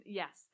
yes